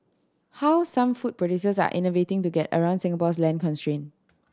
how some food producers are innovating to get around Singapore's land constraint